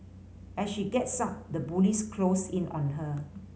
as she gets sun the bullies close in on her